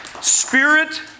Spirit